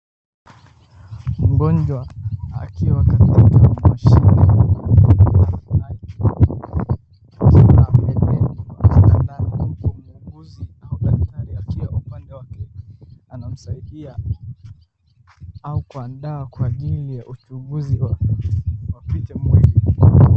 Mgonjwa akiwa katika mashine ya MRI akiwa amelazwa kitandani, huku muuguzi au daktari akiwa upande wake anamsaidia au kuandaa kwa ajili ya uchunguzi wa picha mwili.